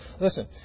Listen